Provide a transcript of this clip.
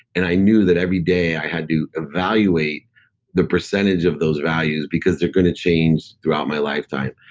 and i knew that every day i had to evaluate the percentage of those values, because they're going to change throughout my lifetime.